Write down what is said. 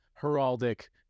heraldic